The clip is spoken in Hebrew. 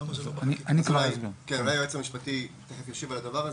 למה זה לא קרה לפני --- אולי היועץ המשפטי ישיב על הדבר הזה,